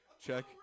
check